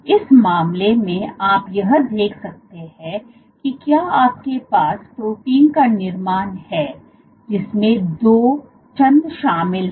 इस मामले में आप यह देख सकते हैं कि क्या आपके पास प्रोटीन का निर्माण है जिसमें दो छंद शामिल है